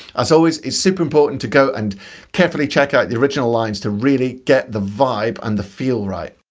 as always it's super important to go and carefully check out the original lines to really get the vibe and the feel right.